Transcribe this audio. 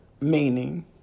Meaning